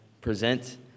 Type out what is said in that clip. present